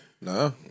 no